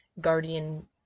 guardian